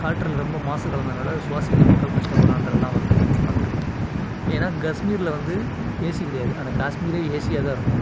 காற்றில் ரொம்ப மாசு கலந்ததனால சுவாசிக்க மக்கள் கஷ்டப்படுறான்றதுலாம் வரும் வந்திருக்கும் ஏன்னா காஷ்மீர்ல வந்து ஏசி கிடையாது ஆனால் காஷ்மீரே ஏசியாக தான் இருக்கும்